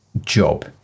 job